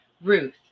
Ruth